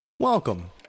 Welcome